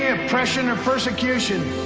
yeah oppression or persecution